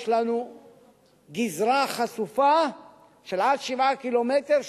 יש לנו גזרה חשופה של עד 7 קילומטרים,